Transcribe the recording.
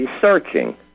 searching